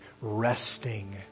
resting